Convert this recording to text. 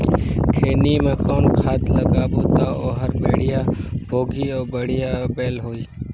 खैनी मा कौन खाद लगाबो ता ओहार बेडिया भोगही अउ बढ़िया बैल होही?